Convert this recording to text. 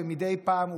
ומדי פעם,